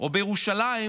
או בירושלים